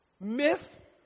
Myth